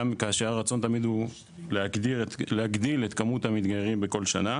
כאשר הרצון תמיד הוא להגדיל את כמות המתגיירים בכל שנה.